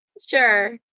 Sure